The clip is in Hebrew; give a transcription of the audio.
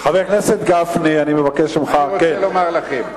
אני רוצה לומר לכם,